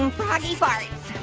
um froggy farts. ah,